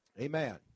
Amen